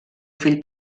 fill